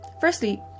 firstly